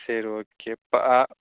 சரி ஓகே